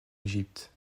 égypte